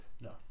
No